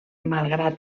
malgrat